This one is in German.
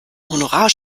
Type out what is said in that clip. honorar